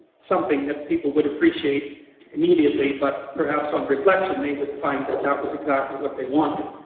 something that people would appreciate immediately but perhaps, on reflection, they would find that that was exactly what they wanted